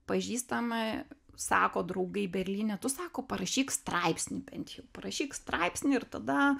pažįstama sako draugai berlyne tu sako parašyk straipsnį bent jau parašyk straipsnį ir tada